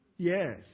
Yes